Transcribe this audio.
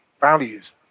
values